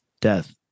death